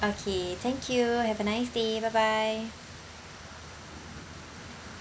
okay thank you have a nice day bye bye